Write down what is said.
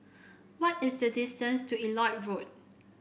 what is the distance to Elliot Road